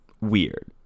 weird